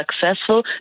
successful